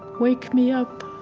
wake me up.